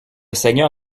seigneur